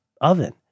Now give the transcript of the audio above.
oven